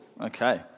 Okay